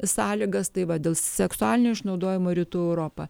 sąlygas tai va dėl seksualinio išnaudojimo rytų europa